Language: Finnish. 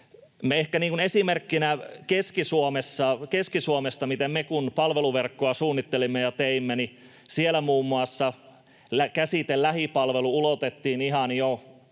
Ehkä esimerkkinä Keski-Suomesta, että kun me palveluverkkoa suunnittelimme ja teimme, niin siellä muun muassa käsite ”lähipalvelu” ulotettiin ihan jo